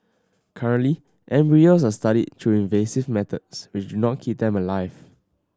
currently embryos are studied through invasive methods which not keep them alive